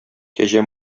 кәҗә